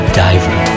diver